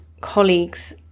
colleagues